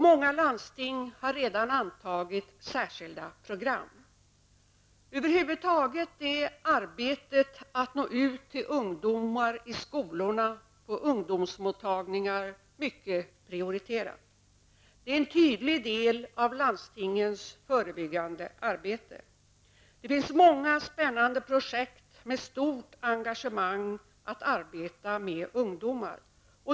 Många landsting har redan antagit särskilda program. Över huvud taget är arbetet att nå ut till ungdomar i skolorna, på ungdomsmottagningar mycket prioriterat. Det är en tydlig del av landstingens förebyggande arbete. Det finns många spännande projekt med stort engagemang att arbeta med ungdomar.